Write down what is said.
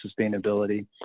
sustainability